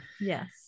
Yes